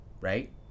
Right